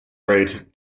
rate